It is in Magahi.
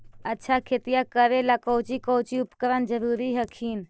अच्छा खेतिया करे ला कौची कौची उपकरण जरूरी हखिन?